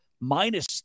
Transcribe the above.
minus